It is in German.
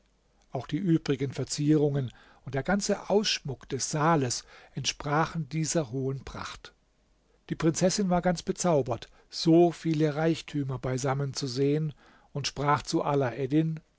auch die übrigen verzierungen und der ganze ausschmuck des saales entsprachen dieser hohen pracht die prinzessin war ganz bezaubert so viele reichtümer beisammen zu sehen und sprach zu